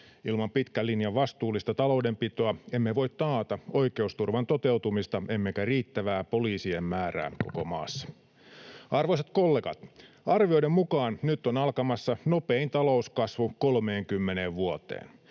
Ilman pitkän linjan vastuullista taloudenpitoa emme voi taata oikeusturvan toteutumista emmekä riittävää poliisien määrää koko maassa. Arvoisat kollegat! Arvioiden mukaan nyt on alkamassa nopein talouskasvu 30 vuoteen.